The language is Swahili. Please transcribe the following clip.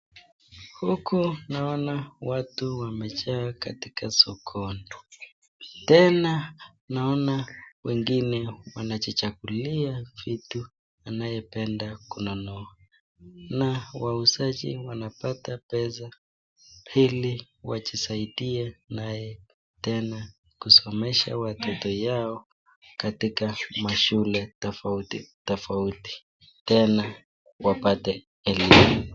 Huku naona watu wamejaa katika sokoni, tena naona wanachichakulia vitu anaye penda kununua na wauzaji wanapata pesa hili wajijiisaidie naye tena kusomesha watoto Yao katika mashule tafauti tafauti tena wapate elimu.